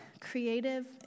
creative